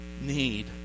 need